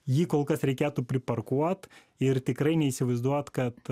jį kol kas reikėtų priparkuot ir tikrai neįsivaizduot kad